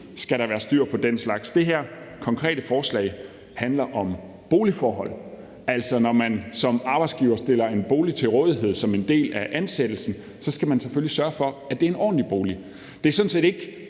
skal der være styr på den slags. Det her konkrete forslag handler om boligforhold, altså at når man som arbejdsgiver stiller en bolig til rådighed som en del af ansættelsen, skal man selvfølgelig sørge for, at det er en ordentlig bolig. Det er sådan set ikke